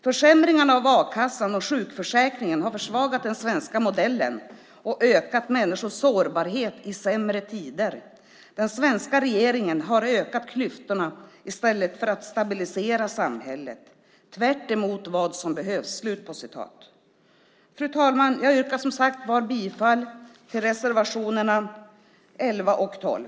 Försämringarna av a-kassan och sjukförsäkringen har försvagat den svenska modellen och ökat människors sårbarhet i sämre tider. Den svenska regeringen har ökat klyftorna i stället för att stabilisera samhället, tvärtemot vad som behövs. Fru talman! Jag yrkar som sagt bifall till reservationerna 11 och 12.